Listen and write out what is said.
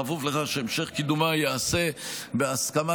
בכפוף לכך שהמשך קידומה ייעשה בהסכמה